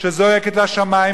שזועק לשמים,